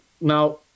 now